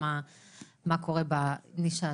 הממונות בבתי החולים,